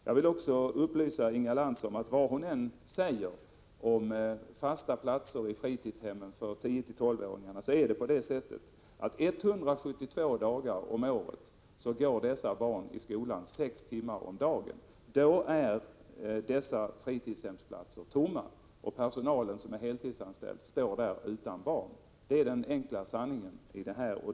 Jag vill också upplysa Inga Lantz om att vad hon än säger om fasta platser i fritidshemmen för 10-12-åringar går dessa barn 172 dagar om året i skolan sex timmar om dagen. Då är dessa fritidshemsplatser tomma och personalen, som är heltidsanställd, står där utan barn. Det är den enkla sanningen.